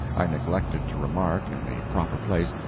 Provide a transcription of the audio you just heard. i neglected to remark, in the proper place,